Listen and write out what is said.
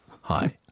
Hi